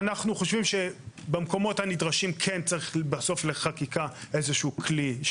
אנו חושבים שבמקומות הנדרשים כן צריך לחקיקה כלי.